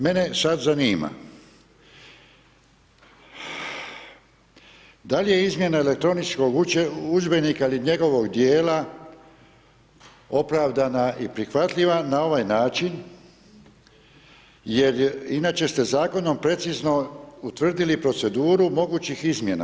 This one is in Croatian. Mene sad zanima, da li je izmjena elektroničkog udžbenika ili njegovog dijela opravdana i prihvatljiva na ovaj način, jer inače ste zakonom precizno utvrditi proceduru mogućih izmjena.